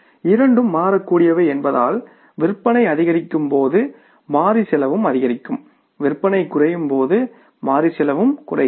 இரண்டும் மாறக்கூடியவை என்பதால் விற்பனை அதிகரிக்கும் போது மாறி செலவும் அதிகரிக்கும் விற்பனை குறையும் போது மாறி செலவும் குறைகிறது